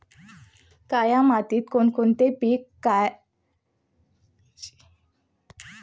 काया मातीत कोणते कोणते पीक आहे सर्वोत्तम येतात?